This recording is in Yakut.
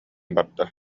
барда